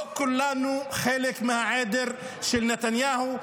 לא כולנו חלק מהעדר של נתניהו.